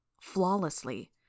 flawlessly